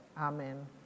Amen